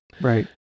Right